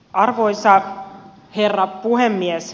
arvoisa herra puhemies